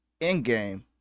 Endgame